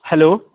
hello